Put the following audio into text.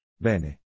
Bene